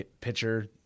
pitcher